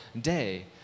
day